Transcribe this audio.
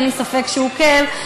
אין לי ספק שהוא עוקב,